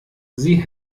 sie